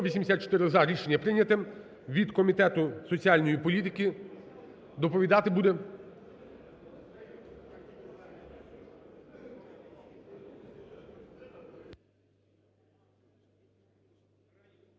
За-184 Рішення прийняте. Від Комітету соціальної політики доповідати буде…